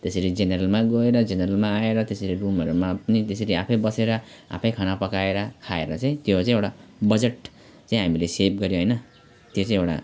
त्यसरी जेनेरलमा गएर जेनेरेलमा आएर त्यसरी रुमहरूमा पनि त्यसरी आफैँ बसेर आफैँ खाना पकाएर खाएर चाहिँ त्यो चाहिँ एउटा बजेट चाहिँ हामीले सेभ गर्यो होइन त्यो चाहिँ एउटा